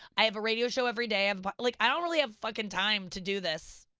i have a radio show every day, um but like i don't really have fucking time to do this.